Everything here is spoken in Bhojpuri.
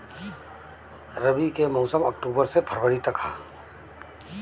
रबी के मौसम अक्टूबर से फ़रवरी तक ह